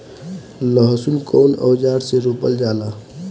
लहसुन कउन औजार से रोपल जाला?